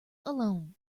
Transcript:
alone